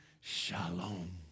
shalom